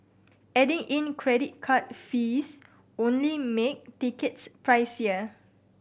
adding in credit card fees only make tickets pricier